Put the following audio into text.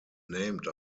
named